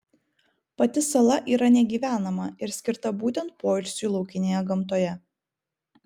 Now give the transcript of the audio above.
pati sala yra negyvenama ir skirta būtent poilsiui laukinėje gamtoje